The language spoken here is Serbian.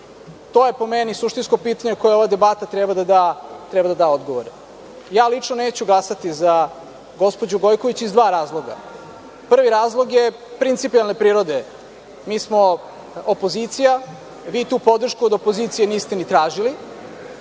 to je po meni suštinsko pitanje na koje ova debata treba da da odgovore. Lično neću glasati za gospođu Gojković iz dva razloga. Prvi razlog je principijelne prirode. Mi smo opozicija. Vi tu podršku od opozicije niste ni tražili. Drugi